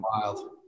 Wild